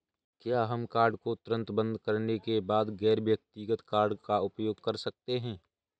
क्या हम कार्ड को तुरंत बंद करने के बाद गैर व्यक्तिगत कार्ड का उपयोग कर सकते हैं?